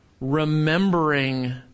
remembering